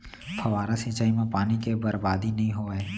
फवारा सिंचई म पानी के बरबादी नइ होवय